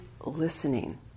listening